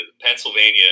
Pennsylvania